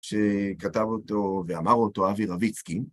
שכתב אותו ואמר אותו אבי רביצקי.